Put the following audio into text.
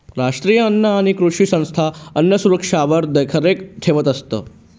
राष्ट्रीय अन्न आणि कृषी संस्था अन्नसुरक्षावर देखरेख ठेवतंस